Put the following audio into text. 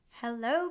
Hello